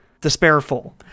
despairful